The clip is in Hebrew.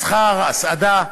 מסחר והסעדה,